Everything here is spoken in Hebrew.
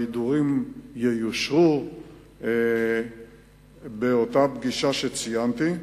ההדורים ייושרו באותה פגישה שציינתי.